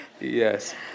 Yes